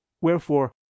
wherefore